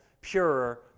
purer